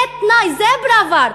זה התנאי, זה פראוור.